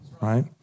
right